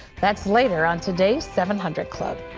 that's later on today's seven hundred club.